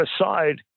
aside